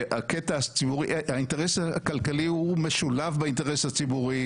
האינטרס הכלכלי משולב באינטרס הציבורי,